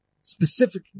specifically